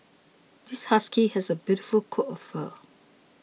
this husky has a beautiful coat of fur